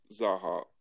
Zaha